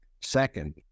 Second